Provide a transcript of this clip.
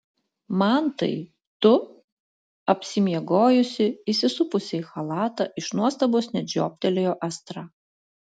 mantai tu apsimiegojusi įsisupusi į chalatą iš nuostabos net žioptelėjo astra